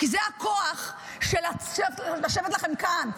כי זה הכוח של לשבת לכם כאן,